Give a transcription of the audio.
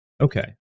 Okay